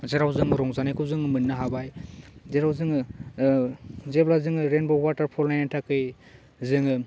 जेराव जों रंजानायखौ जों मोननो हाबाय जेराव जोङो जेब्ला जोङो रेइनभ' वाटार फल नायनो थाखै जोङो